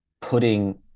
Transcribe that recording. putting